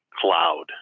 cloud